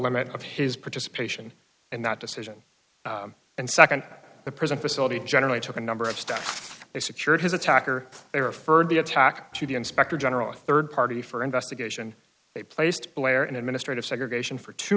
limit of his participation in that decision and second the prison facility generally took a number of steps they secured his attacker they referred the attacker to the inspector general a third party for investigation they placed a lawyer in administrative segregation for two